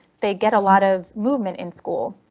they get a lot of movement in school.